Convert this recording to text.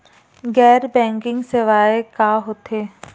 गैर बैंकिंग सेवाएं का होथे?